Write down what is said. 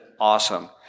awesome